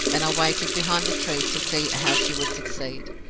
and i waited behind the trees to see how she would succeed.